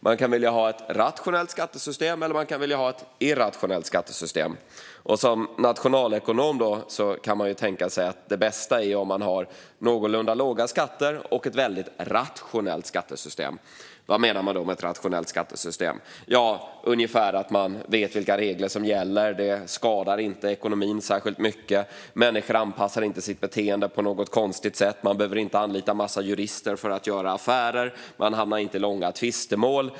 Man kan vilja ha ett rationellt skattesystem, och man kan vilja ha ett irrationellt skattesystem. En nationalekonom kan tänka att det bästa är om man har någorlunda låga skatter och ett väldigt rationellt skattesystem. Vad menas då med ett rationellt skattesystem? Jo, ungefär att man vet vilka regler som gäller. Det skadar inte ekonomin särskilt mycket. Människor anpassar inte sitt beteende på något konstigt sätt. Man behöver inte anlita massor av jurister för att göra affärer. Man hamnar inte i långa tvistemål.